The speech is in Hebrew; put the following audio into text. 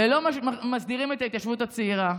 ולא מסדירים את ההתיישבות הצעירה.